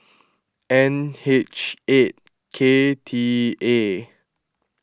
N H eight K T A